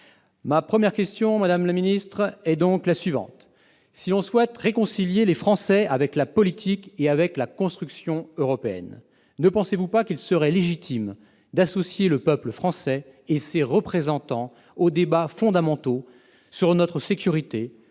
Ma première question, madame la ministre, est donc la suivante : si l'on souhaite réconcilier les Français avec la politique et la construction européennes, ne pensez-vous pas qu'il serait légitime d'associer le peuple français et ses représentants aux débats fondamentaux portant sur notre sécurité,